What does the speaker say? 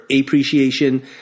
appreciation